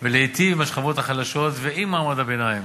ולהיטיב עם השכבות החלשות ועם מעמד הביניים,